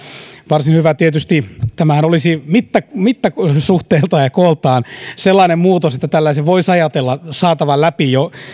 varsin hyvä tietysti tämähän olisi mittasuhteiltaan ja kooltaan sellainen muutos että tällaisen voisi ajatella saatavan läpi